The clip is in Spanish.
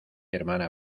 hermana